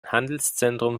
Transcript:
handelszentrum